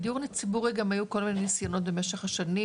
בדיור ציבורי גם היו כל מיני ניסיונות במשך השנים,